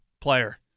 player